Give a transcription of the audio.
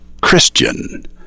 Christian